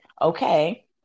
okay